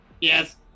Yes